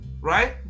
right